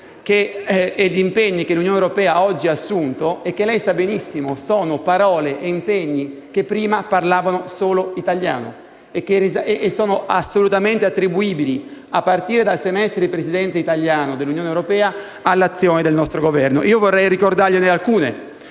e impegni che l'Unione europea oggi ha assunto e che - come lei sa benissimo - sono parole e impegni che prima parlavano solo italiano e sono del tutto attribuibili, a partire dal semestre di Presidenza italiano dell'Unione europea, all'azione del nostro Governo. Vorrei ricordargliene alcune: